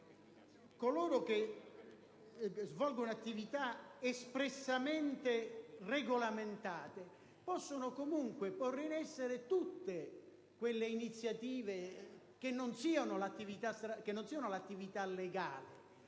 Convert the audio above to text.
coloro che svolgono attività espressamente regolamentate) di porre in essere tutte quelle iniziative che non siano l'attività legale.